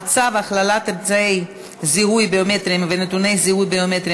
הכללת אמצעי זיהוי ביומטריים ונתוני זיהוי ביומטריים